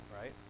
right